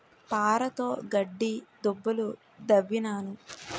పారతోగడ్డి దుబ్బులు దవ్వినాను